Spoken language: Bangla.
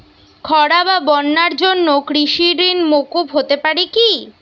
খরা বা বন্যার জন্য কৃষিঋণ মূকুপ হতে পারে কি?